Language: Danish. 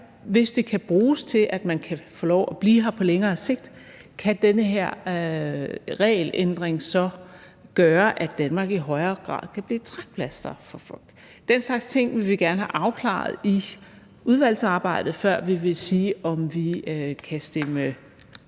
hvis den kan bruges til, at man kan få lov til at blive her på længere sigt, så gøre, at Danmark i højere grad vil blive et trækplaster for folk? Den slags ting vil vi gerne have afklaret i udvalgsarbejdet, før vi vil sige, om vi kan stemme